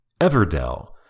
Everdell